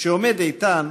שעומד איתן